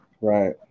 Right